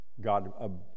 God